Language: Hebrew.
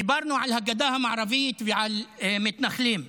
דיברנו על הגדה המערבית ועל מתנחלים.